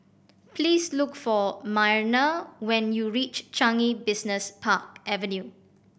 please look for Myrna when you reach Changi Business Park Avenue